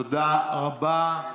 תודה רבה.